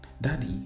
Daddy